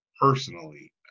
personally